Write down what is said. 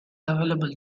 available